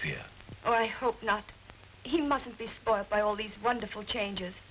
fear i hope not he mustn't be spoiled by all these wonderful changes